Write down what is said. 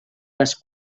les